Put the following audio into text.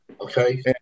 Okay